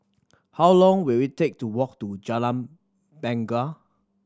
how long will it take to walk to Jalan Bungar